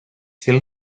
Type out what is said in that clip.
still